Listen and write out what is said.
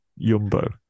Yumbo